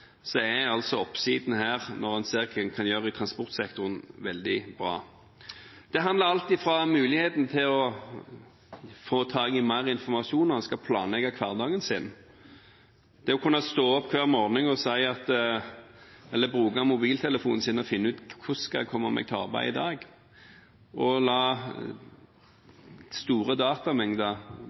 Så formalia her er ganske enkle, og det har også komiteen påpekt. Men potensialet er svært, svært stort. Når en ser for seg hvordan digitaliseringen av samfunnet påvirker oss i hverdagen, er oppsiden her, når en ser hva en kan gjøre i transportsektoren, veldig bra. Det handler bl.a. om muligheten til å få tak i mer informasjon når en skal planlegge hverdagen sin – det å kunne stå opp hver morgen, bruke mobiltelefonen sin